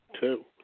Two